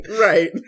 Right